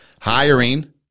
hiring